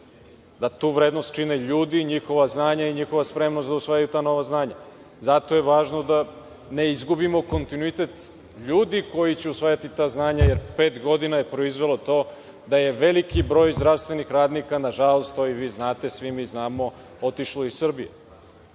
da tu vrednost čine ljudi, njihova znanja i njihova spremnost da usvajaju ta nova znanja. Zato je važno da ne izgubimo kontinuitet ljudi koji će usvajati ta znanja, jer pet godina je proizvelo to da je veliki broj zdravstvenih radnika, nažalost, to i vi znate, svi mi znamo, otišli iz Srbije,